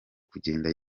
kugenda